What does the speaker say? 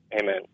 Amen